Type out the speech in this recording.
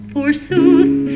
Forsooth